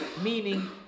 Meaning